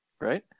Right